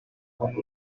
ukuntu